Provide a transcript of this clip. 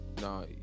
no